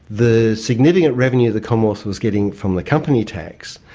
the significant revenue the commonwealth was getting from the company tax,